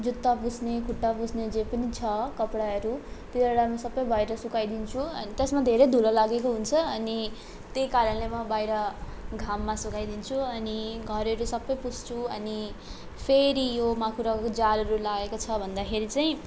जुत्ता पुस्ने खुट्टा पुस्ने जे पनि छ कपडाहरू त्योहरूलाई पनि सबै बाहिर सुकाइदिन्छु अनि त्यसमा धेरै धुलो लागेको हुन्छ अनि त्यही कारणले म बाहिर घाममा सुकाइदिन्छु अनि घरहरू सबै पुस्छु अनि फेरि यो माकुराको जालो लागेको छ भन्दाखेरि चाहिँ